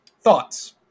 thoughts